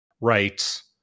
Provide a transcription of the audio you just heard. rights